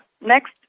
Next